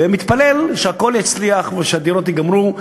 ומתפלל שהכול יצליח ושהדירות ייגמרו,